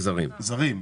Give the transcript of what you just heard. זרים.